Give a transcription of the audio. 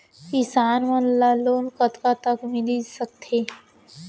किसान मन ला लोन कतका तक मिलिस सकथे?